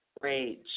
Rage